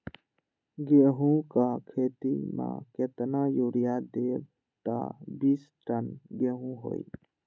गेंहू क खेती म केतना यूरिया देब त बिस टन गेहूं होई?